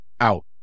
out